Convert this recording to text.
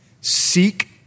Seek